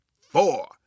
four